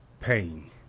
pain